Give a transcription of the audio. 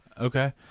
Okay